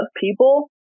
people